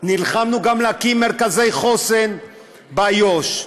נלחמנו גם להקים מרכזי חוסן באיו"ש,